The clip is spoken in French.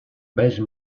beige